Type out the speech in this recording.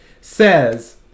says